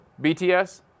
BTS